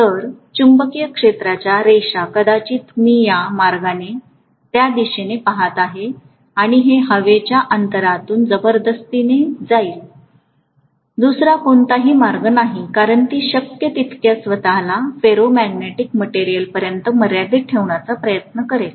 तर चुंबकीय क्षेत्राच्या रेषा कदाचित मी या मार्गाने त्या दिशेने पाहत आहे आणि हे हवेच्या अंतरातून जबरदस्तीने जाईल दुसरा कोणताही मार्ग नाही कारण ती शक्य तितक्या स्वत ला फेरोमॅग्नेटिक मटेरियलपर्यंत मर्यादित ठेवण्याचा प्रयत्न करेल